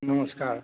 नमस्कार